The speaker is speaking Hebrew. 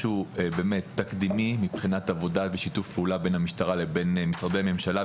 משהו תקדימי מבחינת עבודה ושיתוף הפעולה בין המשטרה לבין משרדי הממשלה,